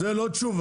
לא, זה לא תשובה.